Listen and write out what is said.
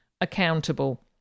accountable